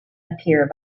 appear